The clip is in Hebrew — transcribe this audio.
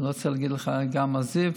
אני רוצה להגיד לך גם על זיו,